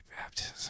baptism